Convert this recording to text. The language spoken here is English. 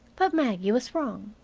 but maggie was wrong.